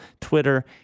Twitter